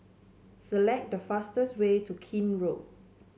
select the fastest way to Keene Road